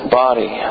body